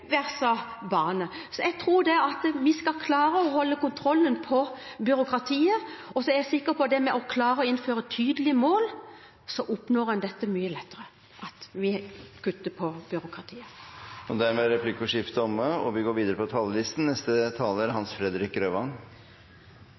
versus bane. Jeg tror vi skal klare å holde kontrollen på byråkratiet. Og så er jeg sikker på at ved å klare å innføre tydelige mål oppnår en mye lettere å kutte i byråkratiet. Replikkordskiftet er omme. Det forventes en betydelig befolkningsvekst i Norge de neste tiårene. Dette skaper økt behov for transport. Ikke minst gjelder dette i og rundt de største byene. Vi